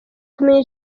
kumenya